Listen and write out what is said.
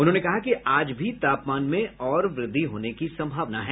उन्होंने कहा कि आज भी तापमान में और वृद्धि होने की संभावना है